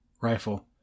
rifle